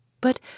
But